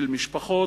של משפחות,